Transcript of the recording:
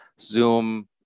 Zoom